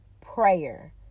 Prayer